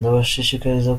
ndabashishikariza